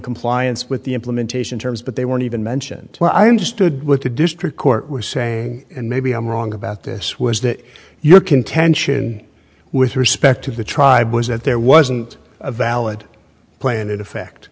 compliance with the implementation terms but they weren't even mentioned when i understood what the district court was saying and maybe i'm wrong about this was that your contention with respect to the tribe was that there wasn't a valid play in effect